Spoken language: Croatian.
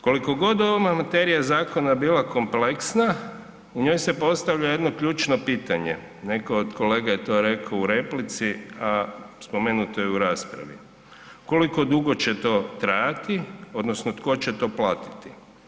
Koliko god ova materija zakona bila kompleksna u njoj se postavlja jedno ključno pitanje, neko od kolega je to rekao u replici, a spomenuto je i u raspravi, koliko dugo će to trajati odnosno tko će to platiti?